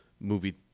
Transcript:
Movie